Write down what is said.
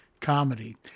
comedy